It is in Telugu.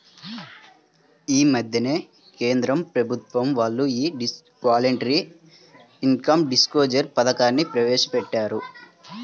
యీ మద్దెనే కేంద్ర ప్రభుత్వం వాళ్ళు యీ వాలంటరీ ఇన్కం డిస్క్లోజర్ పథకాన్ని ప్రవేశపెట్టారు